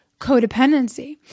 codependency